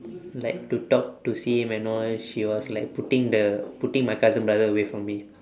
like to talk to see him and all she was like putting the putting my cousin brother away from me